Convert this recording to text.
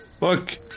Look